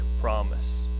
promise